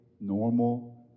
normal